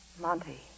Monty